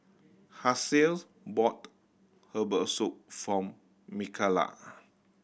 Halsey bought herbal soup for Mikalah